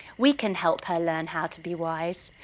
we can help her learn how to be wise,